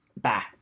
Bye